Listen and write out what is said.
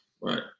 Right